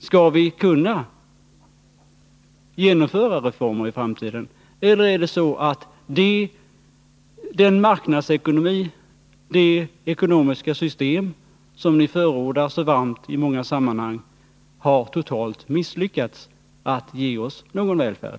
Skall vi kunna genomföra reformer i framtiden, eller har marknadsekonomin, det ekonomiska system som ni i många sammanhang så varmt förordar, totalt misslyckats med att ge oss någon välfärd?